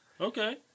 Okay